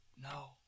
No